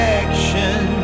action